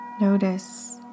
Notice